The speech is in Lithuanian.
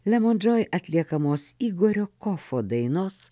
lemon joy atliekamos igorio kofo dainos